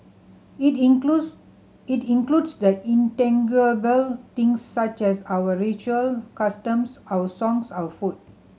it includes it includes the intangible things such as our ritual customs our songs our food